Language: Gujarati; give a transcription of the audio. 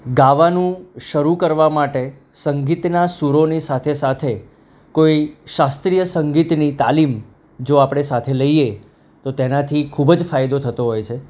ગાવાનું શરૂ કરવા માટે સંગીતના સુરોની સાથે સાથે કોઈ શાસ્ત્રીય સંગીતની તાલીમ જો આપણે સાથે લઈએ તો તેનાથી ખૂબ જ ફાયદો થતો હોય છે